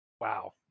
Wow